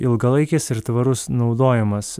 ilgalaikis ir tvarus naudojimas